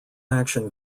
action